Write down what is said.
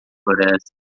floresta